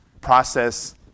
process